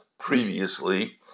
Previously